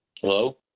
Hello